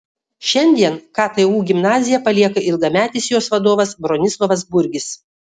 šiandien ktu gimnaziją palieka ilgametis jos vadovas bronislovas burgis